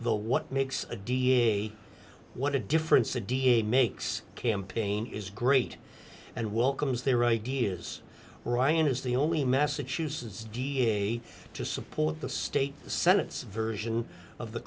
the what makes a da what a difference a da makes campaign is great and welcomes their ideas ryan is the only massachusetts d a to support the state the senate's version of the